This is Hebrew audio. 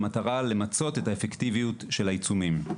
במטרה למצות את האפקטיביות של העיצומים.